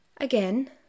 Again